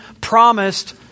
promised